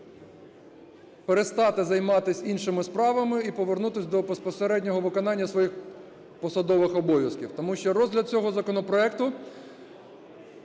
перестати займатись іншими справами і повернутись до безпосереднього виконання своїх посадових обов'язків. Тому що розгляд цього законопроекту